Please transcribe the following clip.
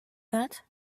that